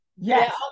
yes